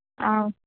అవ్